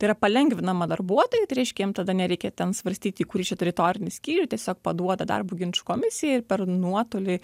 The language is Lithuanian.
tai yra palengvinama darbuotojui tai reiškia jam tada nereikia ten svarstyti į kurį čia teritorinį skyrių tiesiog paduoda darbo ginčų komisijai ir per nuotolį